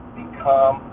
become